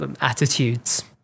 attitudes